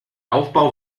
aufbau